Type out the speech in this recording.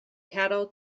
cattle